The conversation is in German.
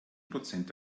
prozent